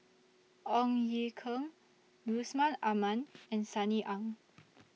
Ong Ye Kung Yusman Aman and Sunny Ang